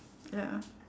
ya